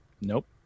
Nope